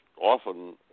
often